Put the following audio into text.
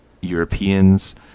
Europeans